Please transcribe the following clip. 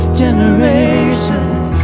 generations